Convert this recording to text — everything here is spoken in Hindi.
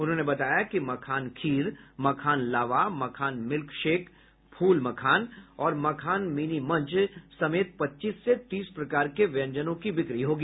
उन्होंने बताया कि मखान खीर मखान लावा मखान मिल्कसेक फूल मखान और मखान मिनी मंच समेत पच्चीस से तीस प्रकार के व्यंजनों की बिक्री होगी